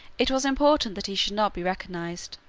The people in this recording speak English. it was important that he should not be recognized.